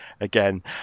again